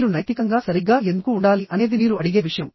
మీరు నైతికంగా సరిగ్గా ఎందుకు ఉండాలి అనేది మీరు అడిగే విషయం